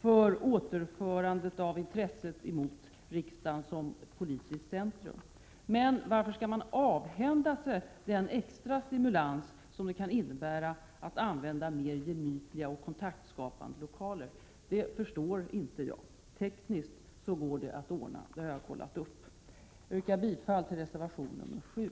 för återförandet av intresset mot riksdagen som politiskt centrum. Varför skall man avhända sig den extra stimulans som det kan innebära att använda mer gemytliga och kontaktskapande lokaler? Det förstår jag inte. Tekniskt går det att ordna, det har jag kontrollerat. Jag yrkar bifall till reservation 7.